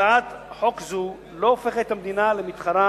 הצעת חוק זו לא הופכת את המדינה למתחרה